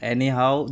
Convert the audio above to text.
Anyhow